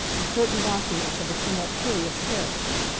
and certain documents of a somewhat curious character.